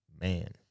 man